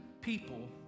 people